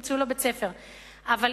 תמצאו לו בית-ספר אחר.